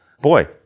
boy